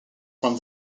from